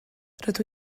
rydw